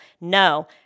No